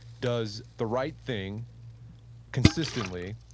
does the right thing consistently,